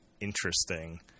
interesting